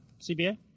CBA